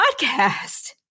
podcast